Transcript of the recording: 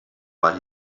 war